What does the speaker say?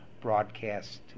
broadcast